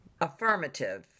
Affirmative